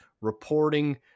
reporting